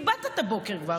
איבדת את הבוקר כבר.